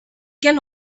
can